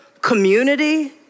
community